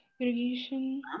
irrigation